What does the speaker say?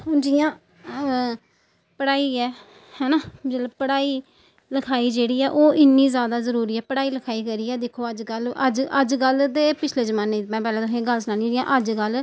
हून जि'यां पढ़ाई ऐ है ना जेल्लै पढ़ाई लखाई जेह्ड़ी ऐ ओह् इन्नी जैदा जरूरी ऐ पढ़ाई लखाई करियै दिक्खो अजकल्ल अज्ज अजकल्ल ते पिछले जमान्ने च में पैह्लें तुसें गी गल्ल सनान्नी आं जि'यां अजकल्ल